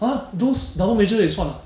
!huh! those down wager 也算啊